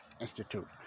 Institute